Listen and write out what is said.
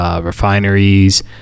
refineries